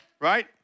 right